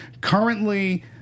Currently